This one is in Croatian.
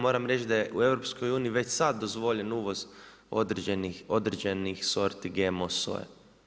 Moram reći da je u EU-u već sad dozvoljen uvoz određenih sorti, GMO soje.